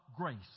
grace